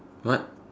what